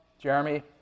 Jeremy